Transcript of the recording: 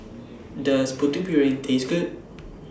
Does Putu Piring Taste Good